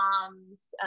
moms